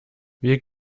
wir